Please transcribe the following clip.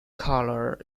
colour